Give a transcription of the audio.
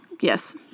Yes